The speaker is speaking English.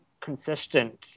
consistent